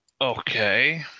Okay